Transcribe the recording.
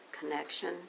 connection